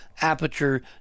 aperture